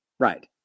Right